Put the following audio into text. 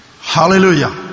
Hallelujah